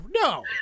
no